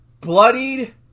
bloodied